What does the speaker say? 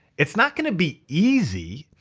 it's not gonna be easy.